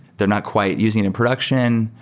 they're not quite using it in production,